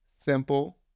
simple